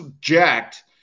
jacked